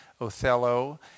Othello